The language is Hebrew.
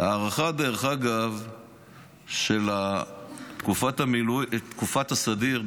ההארכה דרך אגב של תקופת הסדיר,